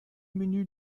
menü